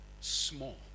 small